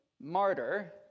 Martyr